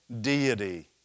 deity